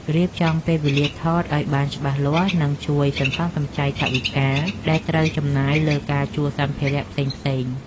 រៀបចំពេលវេលាថតឱ្យបានច្បាស់លាស់នឹងជួយសន្សំសំចៃថវិកាដែលត្រូវចំណាយលើការជួលសម្ភារៈផ្សេងៗ។